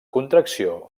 contracció